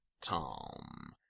Tom